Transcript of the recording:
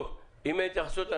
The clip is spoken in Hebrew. טוב, אם אין התייחסות,